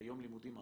יום לימודים ארוך,